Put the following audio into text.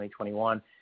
2021